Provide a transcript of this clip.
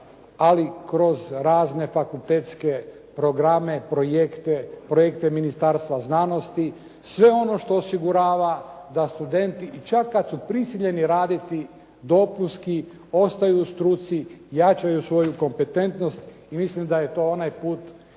ali kroz razne fakultetske programe, projekte, projekte Ministarstva znanosti, sve ono što osigurava da studenti i čak kad su prisiljeni raditi dopunski, ostaju u struci, jačaju svoju kompetentnost. I mislim da je to onaj put